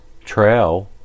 trail